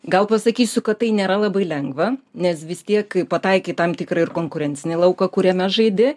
gal pasakysiu kad tai nėra labai lengva nes vis tiek kai pataikai į tam tikrą konkurencinį lauką kuriame žaidi